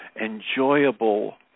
enjoyable